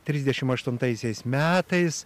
trisdešimt aštuntaisiais metais